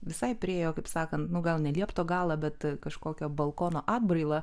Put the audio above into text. visai priėjo kaip sakant nu gal ne liepto galą bet kažkokio balkono atbraila